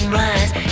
rise